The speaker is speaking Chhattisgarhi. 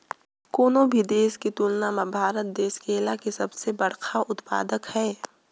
कोनो भी देश के तुलना म भारत देश केला के सबले बड़खा उत्पादक हे